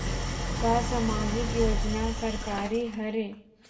का सामाजिक योजना सरकारी हरे?